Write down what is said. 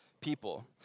people